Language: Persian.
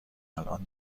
الآن